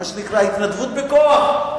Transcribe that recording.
מה שנקרא "התנדבות בכוח".